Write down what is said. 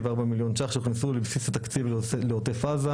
4 מיליון ש"ח שהוכנסו לבסיס התקציב לעוטף עזה,